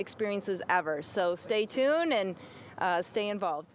experiences ever so stay tune and stay involved